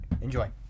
Enjoy